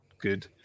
good